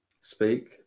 speak